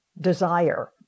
desire